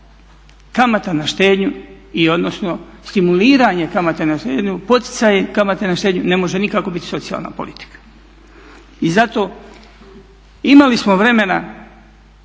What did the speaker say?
Kamata na štednju odnosno stimuliranje kamate na štednju poticaji kamate na štednju ne može biti socijalna politika. I zato imali smo vremena